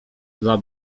dla